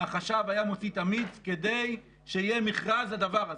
זה מופיע באותו עיתון שאתה הצפת אותו.